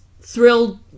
thrilled